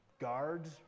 guards